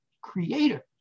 creator